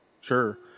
Sure